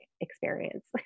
experience